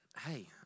hey